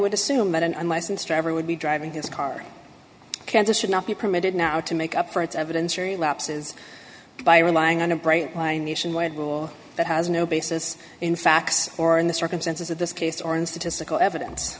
would assume that an unlicensed driver would be driving his car kansas should not be permitted now to make up for its evidence or lapses by relying on a bright line nationwide rule that has no basis in facts or in the circumstances of this case or in statistical evidence